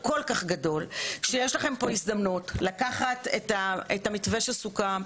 כל כך גדול שיש לכם כאן הזדמנות לקחת את המתווה שסוכם,